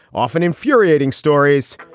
often infuriating stories.